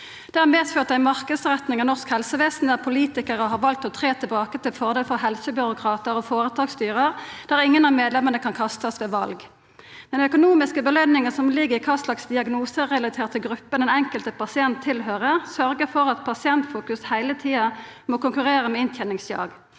Det har medført ei marknadsretting av norsk helsevesen der politikarar har valt å tre tilbake til fordel for helsebyråkratar og føretaksstyre der ingen av medlemmene kan kastast ved val. Den økonomiske belønninga som ligg i kva slags diagnoserelaterte gruppe den enkelte pasienten tilhøyrer, sørgjer for at pasientfokus heile tida må konkurrera med innteningsjag.